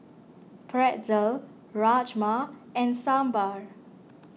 Pretzel Rajma and Sambar